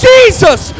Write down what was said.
Jesus